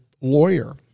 lawyer